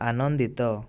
ଆନନ୍ଦିତ